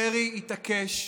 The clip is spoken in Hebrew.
דרעי התעקש,